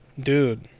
Dude